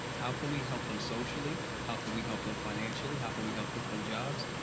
how can we help them socially? how can we help them financially? how can we help get them jobs?